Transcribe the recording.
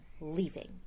leaving